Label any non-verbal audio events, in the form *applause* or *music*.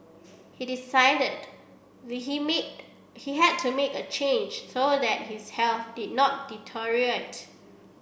he decided *unintelligible* he had to make a change so that his health did not *unintelligible*